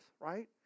right